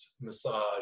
massage